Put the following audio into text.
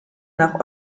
nach